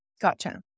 gotcha